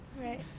Right